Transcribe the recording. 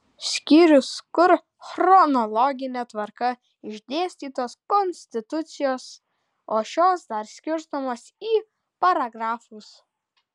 skyrius kur chronologine tvarka išdėstytos konstitucijos o šios dar skirstomos į paragrafus